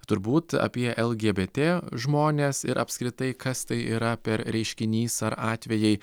turbūt apie lgbt žmones ir apskritai kas tai yra per reiškinys ar atvejai